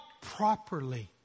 properly